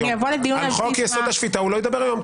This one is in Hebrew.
שאני אבוא לדיון -- על חוק יסוד השפיטה הוא לא ידבר היום.